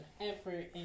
effort